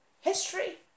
history